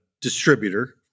distributor